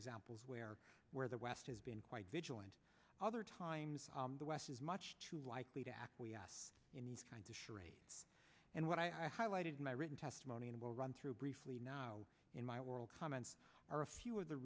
examples where where the west has been quite vigilant other times the west is much too likely to acquiesce in these kind of charade and what i highlighted in my written testimony and will run through briefly now in my world comments are a few of the